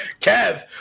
kev